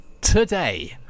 today